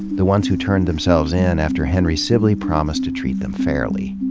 the ones who turned themselves in after henry sib ley promised to treat them fairly.